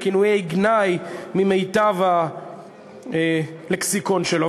בכינויי גנאי ממיטב הלקסיקון שלו,